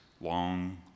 Long